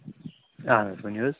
اَہَن حظ ؤنِوٗ حظ